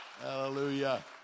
Hallelujah